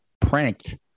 pranked